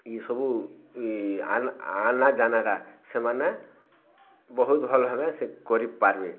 ଇସବୁ ଆନା ଯାନାଟା ସେମାନେ ବହୁତ ଭଲ ଭାବେ ସେ କରିପାରବେ